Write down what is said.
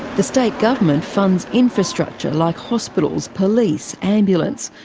the state government funds infrastructure like hospitals, police, ambulance,